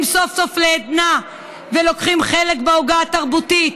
סוף-סוף לעדנה ולוקחים חלק בעוגה התרבותית.